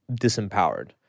disempowered